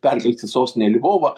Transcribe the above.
perkelti sostinę į lvovą